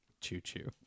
Choo-choo